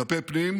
כלפי פנים,